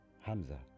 Hamza